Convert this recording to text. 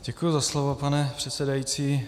Děkuji za slovo, pane předsedající.